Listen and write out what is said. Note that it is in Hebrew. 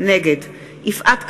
נגד יפעת קריב,